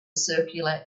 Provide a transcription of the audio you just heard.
circular